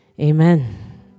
Amen